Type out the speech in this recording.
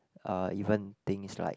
uh even things like